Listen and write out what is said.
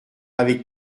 avec